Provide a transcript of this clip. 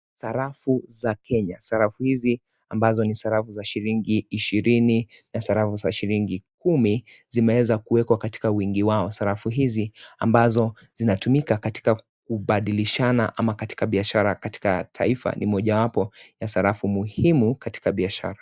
Sarafu za Kenya. Sarafu hizi ambazo ni sarafu za shilingi ishirini na sarafu za shilingi kumi, zimeweza kuwekwa katika wingi wao. Sarafu hizi ambazo zinatumika katika kubadilishana ama katika biashara katika taifa ni moja wapo ya sarafu muhimu katika biashara.